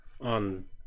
On